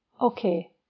Okay